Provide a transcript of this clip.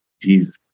Jesus